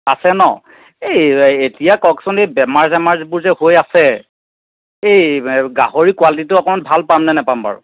আছে ন এই এতিয়া কওকচোন এই বেমাৰ চেমাৰ যিবোৰ যে হৈ আছে এই গাহৰিৰ কোৱালিটিটো অকণ ভাল পাম নে নেপাম বাৰু